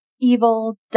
evil